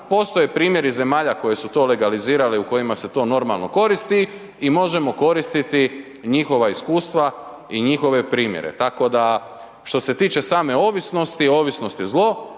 postoje primjeri zemalja koje su to legalizirali, u kojima se to normalno koristi i možemo koristiti njihova iskustva i njihove primjere, tako da što se tiče same ovisnosti, ovisnost je zlo,